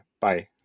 Bye